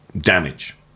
damage